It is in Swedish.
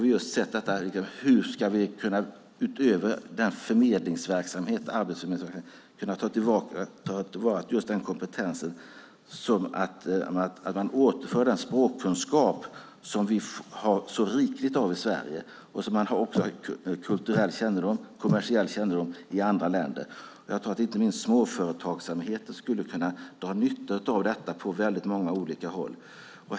Vi har tittat på hur vi utöver den förmedlingsverksamhet Arbetsförmedlingen har ska kunna ta till vara just denna kompetens och återföra den språkkunskap vi har så rikligt av i Sverige. Det finns också kulturell och kommersiell kännedom om andra länder. Jag tror att inte minst småföretagsamheten skulle kunna dra nytta på många olika sätt.